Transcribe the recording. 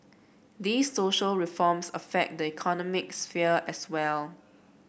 these social reforms affect the economic sphere as well